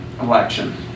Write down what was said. election